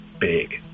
big